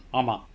ஆமா:aamaa